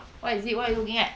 what is it what are you looking at